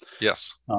Yes